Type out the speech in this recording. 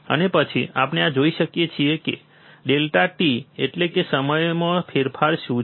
અને પછી આપણે આ જોઈએ છીએ કે ડેલ્ટા t એટલે કે સમયમાં ફેરફાર શું છે